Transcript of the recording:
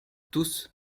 tous